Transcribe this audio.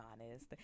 honest